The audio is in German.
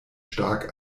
stark